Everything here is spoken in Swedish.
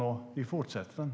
Vi fortsätter den.